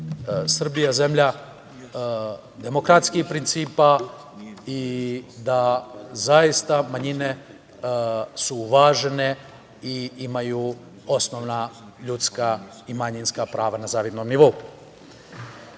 Srbija zemlja demokratskih principa i da zaista manjine su uvažene i imaju osnovna ljudska i manjinska prava na zavidnom